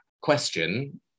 question